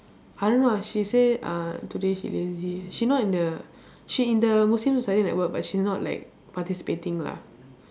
I don't know ah she say uh today she lazy she not in the she in the muslim society network but she's not like participating lah